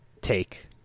take